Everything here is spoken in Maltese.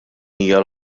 hija